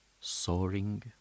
soaring